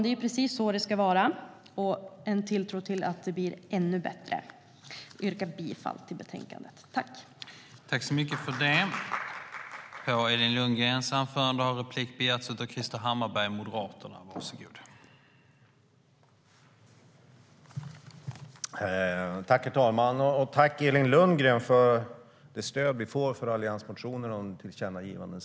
Det är precis så det ska vara, och jag har en tilltro till att det blir ännu bättre. Jag yrkar bifall till utskottets förslag i betänkandet.